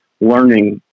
learning